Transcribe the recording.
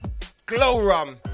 Glowrum